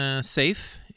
safe